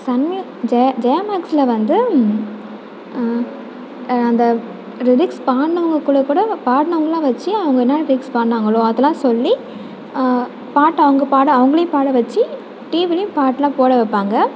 Sun மியூ ஜெய ஜெயா மேக்ஸ்சில் வந்து அந்த லிரிக்ஸ் பாடினவங்க கூட கூட பாடினவங்கள்லாம் வெச்சு அவங்க என்னா லிரிக்ஸ் பாடினாங்களோ அதெல்லாம் சொல்லி பாட்டை அவங்க பாட அவர்களையும் பாட வெச்சு டிவிலேயும் பாட்டெலாம் போட வைப்பாங்க